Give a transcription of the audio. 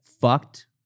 fucked